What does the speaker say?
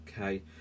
Okay